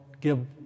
give